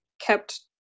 kept